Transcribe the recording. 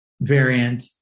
variant